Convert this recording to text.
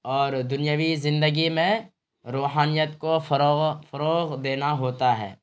اور دنیوی زندگی میں روحانیت کو فروغ فروغ دینا ہوتا ہے